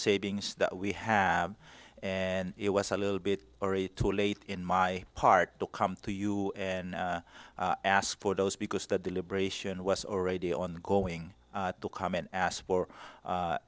savings that we have and it was a little bit too late in my part to come to you and ask for those because that deliberation was already on going to come in ask for